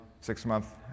six-month